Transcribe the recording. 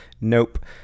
nope